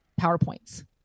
PowerPoints